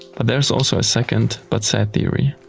but there is also a second but sad theory.